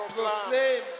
proclaim